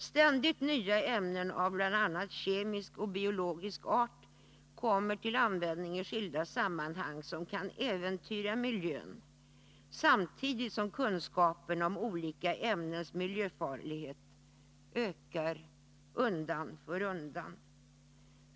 Ständigt nya ämnen av bl.a. kemisk och biologisk art kommer till användning i skilda sammanhang och kan äventyra miljön, samtidigt som kunskaperna om olika ämnens miljöfarlighet ökar undan för undan.